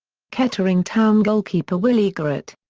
kettering town goalkeeper willy gueret.